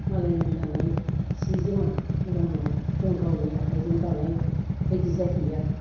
मालायनि दानाय सि जोमा मोजां नङा जों गावनि आखाइजों दानायबायदि जाहैया